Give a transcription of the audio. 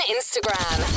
Instagram